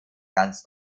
ganz